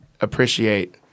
appreciate